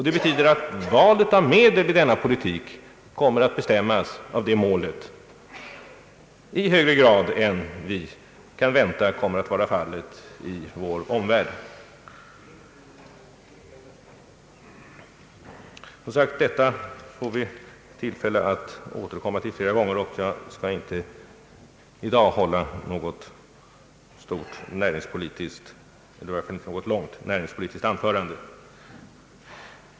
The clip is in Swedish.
Det betyder att valet av medel vid denna politik kommer att bestämmas av det målet i högre grad än vi kan vänta kommer att vara fallet i vår omvärld. Detta får vi som sagt tillfälle att återkomma till flera gånger. Jag skall i dag inte hålla något långt näringspolitiskt anförande.